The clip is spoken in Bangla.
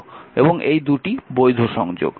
এবং এই 2টি বৈধ সংযোগ